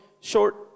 short